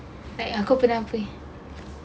like aku pernah pergi